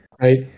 right